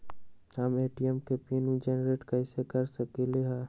हम ए.टी.एम के PIN generate कईसे कर सकली ह?